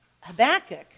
Habakkuk